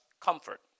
comfort